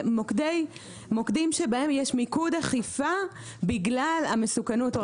מוקדים שבהם יש מיקוד אכיפה בגלל המסוכנות.